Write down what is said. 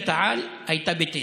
לליגת העל הייתה בטדי.